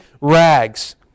rags